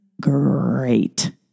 great